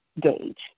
gauge